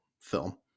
film